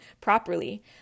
properly